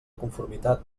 conformitat